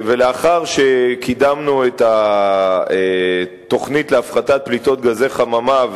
ולאחר שקידמנו את התוכנית להפחתת פליטות גזי חממה,